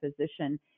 physician